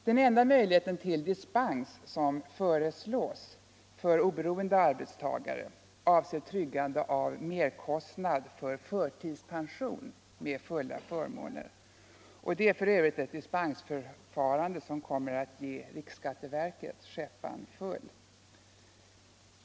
Den enda möjlighet till dispens som föreslås för oberoende arbetstagare avser tryggande av merkostnad för förtidspension med fulla förmåner, f. ö. ett dispensförfarande som kommer att ge riksskatteverket skäppan full.